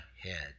head